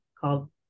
called